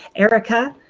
erica,